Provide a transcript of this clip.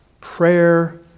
prayer